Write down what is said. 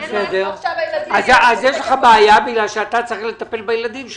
אז יש לך בעיה כי אתה צריך לטפל בילדים שלך.